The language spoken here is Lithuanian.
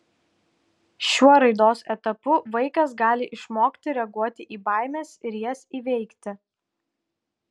šiuo raidos etapu vaikas gali išmokti reaguoti į baimes ir jas įveikti